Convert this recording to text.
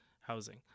housing